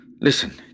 listen